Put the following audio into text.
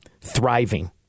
thriving